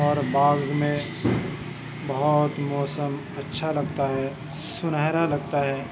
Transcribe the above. اور باغ میں بہت موسم اچھا لگتا ہے سنہرا لگاتا ہے